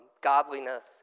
godliness